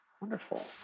Wonderful